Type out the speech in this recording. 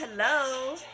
hello